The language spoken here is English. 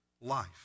life